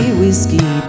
whiskey